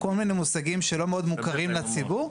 כל מיני מושגים שלא מאוד מוכרים לציבור,